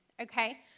okay